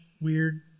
weird